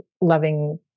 loving